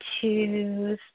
two